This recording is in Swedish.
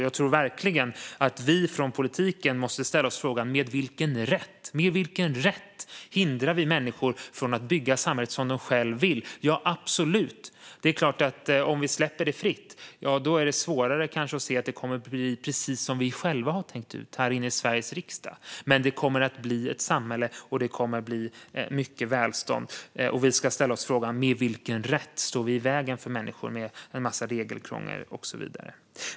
Jag tror verkligen att vi från politiken måste ställa oss frågan med vilken rätt vi hindrar människor från att bygga samhället som de själva vill. Ja, absolut - om vi släpper samhället fritt är det svårare att få det att bli som vi själva har tänkt ut i Sveriges riksdag, men det kommer att bli ett samhälle och det kommer att bli mycket välstånd. Med vilken rätt står vi i vägen för människor med en massa regelkrångel och så vidare?